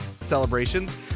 celebrations